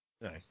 No